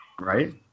Right